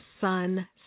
Sun